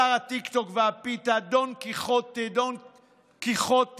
שר הטיקטוק והפיתה, דון קיחוטה, דון קיחוטה.